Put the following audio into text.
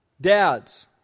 Dads